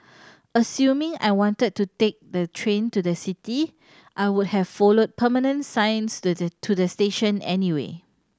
assuming I wanted to take the train to the city I would have followed permanent signs to the to the station anyway